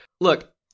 Look